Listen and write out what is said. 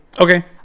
Okay